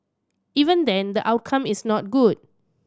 even then the outcome is not good